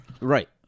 Right